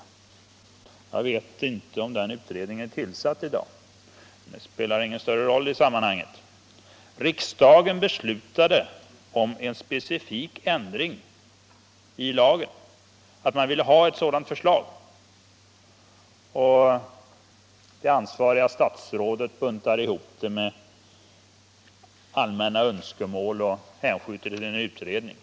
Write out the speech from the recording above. Jag vet inte om någon sådan utredning ännu har tillsatts, och det spelar heller ingen större roll i det sammanhanget. Riksdagen hade beslutat om en specifik ändring i miljöskyddslagen och beställt ett förslag, och det ansvariga statsrådet buntar ihop det tillsammans med andra allmänna önskemål och hänskjuter frågan till en utredning.